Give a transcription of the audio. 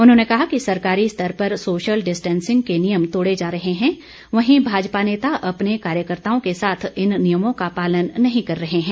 उन्होंने कहा कि सरकारी स्तर पर सोशल डिस्टैंसिंग के नियम तोड़े जा रहे हैं वहीं भाजपा नेता अपने कार्यकर्ताओं के साथ इन नियमों का पालन नहीं कर रहे हैं